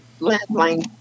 landline